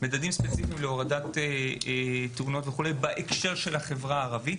להורדת תאונות בהקשר של החברה הערבית.